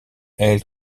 elle